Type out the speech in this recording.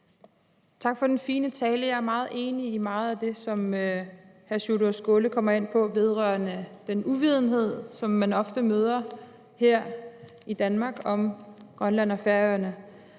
Tak for den fine tale. Jeg er meget enig i meget af det, som hr. Sjúrður Skaale kommer ind på vedrørende den uvidenhed, som man ofte møder her i Danmark om Grønland og Færøerne.